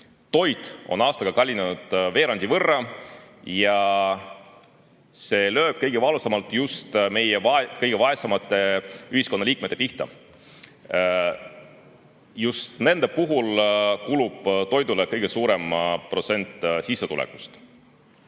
Toit on aastaga kallinenud veerandi võrra ja see lööb kõige valusamalt just meie kõige vaesemate ühiskonnaliikmete pihta. Just nendel kulub toidule kõige suurem protsent sissetulekust.